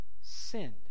sinned